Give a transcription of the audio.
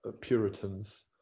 Puritans